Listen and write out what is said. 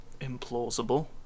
implausible